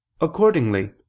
Accordingly